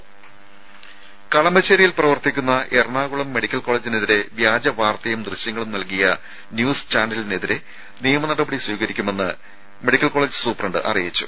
രുഭ കളമശ്ശേരിയിൽ പ്രവർത്തിക്കുന്ന എറണാകുളം മെഡിക്കൽ കോളേജിനെതിരെ വ്യാജ വാർത്തയും ദൃശ്യങ്ങളും നൽകിയ ന്യൂസ് ചാനലിനെതിരെ നിയമ നടപടി സ്വീകരിക്കുമെന്ന് മെഡിക്കൽ കോളേജ് സൂപ്രണ്ട് അറിയിച്ചു